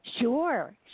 Sure